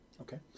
Okay